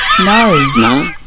No